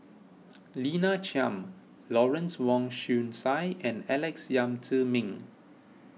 Lina Chiam Lawrence Wong Shyun Tsai and Alex Yam Ziming